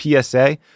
PSA